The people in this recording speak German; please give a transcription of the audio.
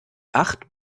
acht